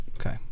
Okay